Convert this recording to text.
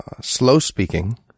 slow-speaking